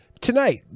tonight